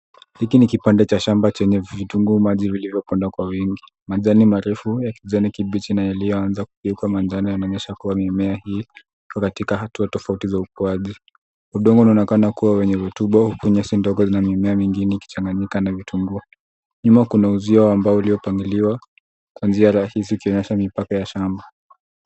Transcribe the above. Hiki ni kipande cha shamba chenye vitunguu maji vilivyokonda kwa wingi. Majani marefu ya kijani kibichi na yaliyoanza kugeuka manjano yanaonyesha kuwa mimea hii iko katika hatua tofauti za ukuaji. Udongo unaonekana kuwa wenye rutubo wenye si ndogo na mimea mingine ikichanganyika na vitunguu. Nyuma kuna uzio wa mbao uliopangiliwa kuanzia rafu zikionyesha mpaka wa shamba.